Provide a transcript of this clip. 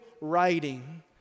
writing